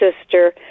sister